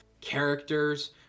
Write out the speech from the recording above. characters